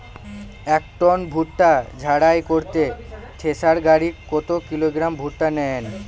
এক টন ভুট্টা ঝাড়াই করতে থেসার গাড়ী কত কিলোগ্রাম ভুট্টা নেয়?